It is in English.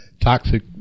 toxic